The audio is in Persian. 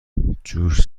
جوش